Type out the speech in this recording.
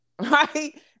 Right